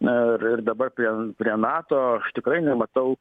ir ir dabar prie prie nato aš tikrai nematau